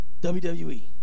WWE